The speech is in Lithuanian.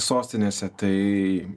sostinėse tai